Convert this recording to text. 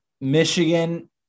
Michigan